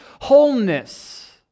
wholeness